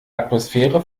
atmosphäre